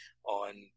on